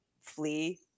flee